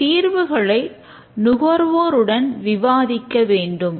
இந்த தீர்வுகளை நுகர்வோருடன் விவாதிக்க வேண்டும்